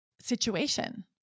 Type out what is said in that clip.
situation